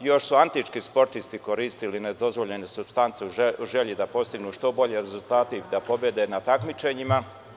Još su antički sportisti koristili nedozvoljene supstance u želji da postignu što bolje rezultate ili da pobede na takmičenjima.